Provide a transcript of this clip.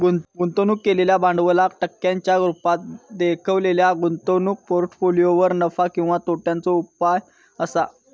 गुंतवणूक केलेल्या भांडवलाक टक्क्यांच्या रुपात देखवलेल्या गुंतवणूक पोर्ट्फोलियोवर नफा किंवा तोट्याचो उपाय असा